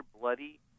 bloody